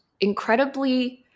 incredibly